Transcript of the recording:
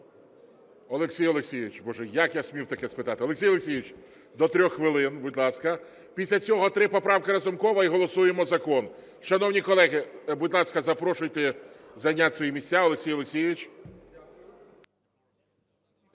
Олексій Олексійович. Боже, як я смів таке спитати. Олексій Олексійович, до трьох хвилин, будь ласка. Після цього три поправки Разумкова і голосуємо закон. Шановні колеги, будь ласка, запрошуйте зайняти свої місця. Олексій Олексійович.